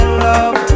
love